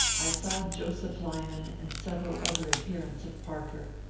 i saw joseph lyman and several other adher ents of parker,